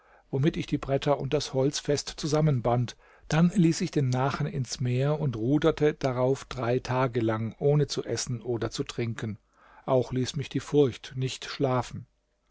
womit ich die bretter und das holz fest zusammenband dann ließ ich den nachen ins meer und ruderte darauf drei tage lang ohne zu essen oder zu trinken auch ließ mich die furcht nicht schlafen